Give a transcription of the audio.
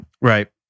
Right